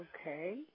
Okay